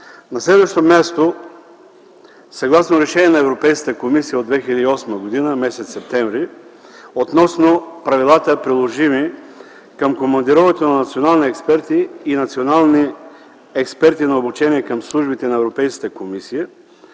На следващо място, съгласно решение на Европейската комисия от м. септември 2008 г. относно правилата, приложими към командироването на национални експерти и национални експерти на обучение към службите на Европейската комисия,